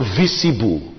visible